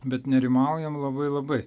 bet nerimaujam labai labai